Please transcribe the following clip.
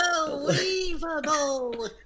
Unbelievable